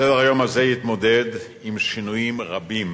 סדר-היום הזה יתמודד עם שינויים רבים